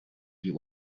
die